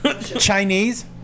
Chinese